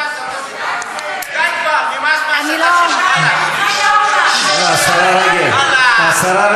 די כבר, נמאס מההצגה שלך, השרה רגב, השרה רגב.